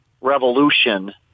revolution